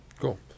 Cool